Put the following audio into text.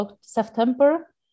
September